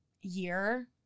year